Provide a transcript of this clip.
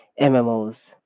MMOs